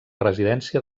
residència